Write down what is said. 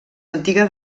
antiga